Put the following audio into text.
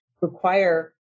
require